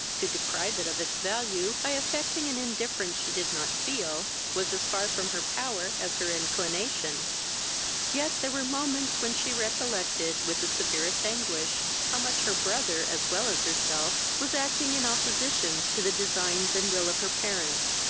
to deprive it of its value, by affecting an indifference she did not feel, was as far from her power as her inclination yet there were moments when she recollected, with the severest anguish, how much her brother, as well as herself, was acting in opposition to the designs and will of her parent.